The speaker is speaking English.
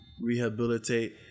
rehabilitate